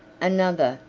another,